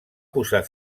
posar